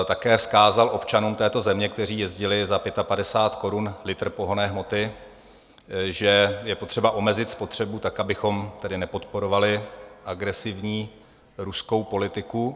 Také vzkázal občanům této země, kteří jezdili za 55 korun za litr pohonné hmoty, že je potřeba omezit spotřebu tak, abychom nepodporovali agresivní ruskou politiku.